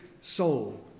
soul